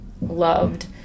loved